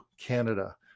Canada